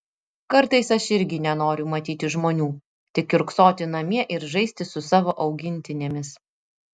kartais aš irgi nenoriu matyti žmonių tik kiurksoti namie ir žaisti su savo augintinėmis